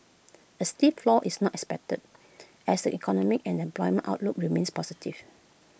A steep flaw is not expected as the economic and employment outlook remains positive